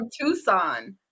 Tucson